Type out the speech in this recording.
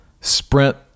sprint